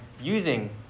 using